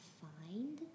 find